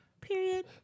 Period